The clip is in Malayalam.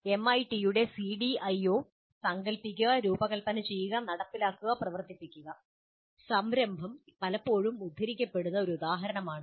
എംഐടിയുടെ CDIO സങ്കൽപ്പിക്കുക രൂപകൽപ്പന ചെയ്യുക നടപ്പിലാക്കുക പ്രവർത്തിപ്പിക്കുക സംരംഭം പലപ്പോഴും ഉദ്ധരിക്കപ്പെടുന്ന ഒരു ഉദാഹരണമാണ്